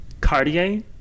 Cartier